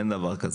אין דבר כזה.